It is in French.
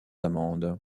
amendes